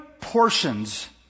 portions